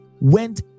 went